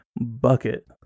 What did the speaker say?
bucket